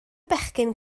bechgyn